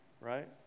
right